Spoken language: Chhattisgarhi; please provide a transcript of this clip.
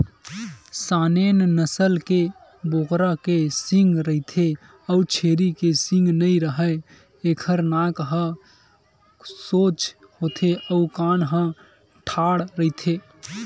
सानेन नसल के बोकरा के सींग रहिथे अउ छेरी के सींग नइ राहय, एखर नाक ह सोज होथे अउ कान ह ठाड़ रहिथे